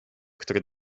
który